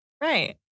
Right